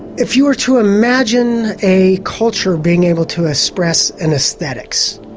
if you were to imagine a culture being able to express an aesthetics.